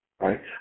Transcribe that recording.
right